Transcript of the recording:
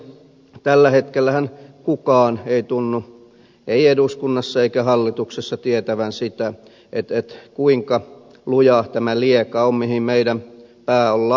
tällä hetkellähän kukaan ei tunnu ei eduskunnassa eikä hallituksessa tietävän sitä kuinka luja tämä lieka on mihin meidän pää on laitettu